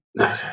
Okay